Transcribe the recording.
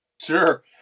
Sure